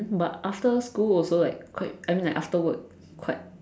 but after school also like quite I mean like after work quite